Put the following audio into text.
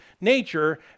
nature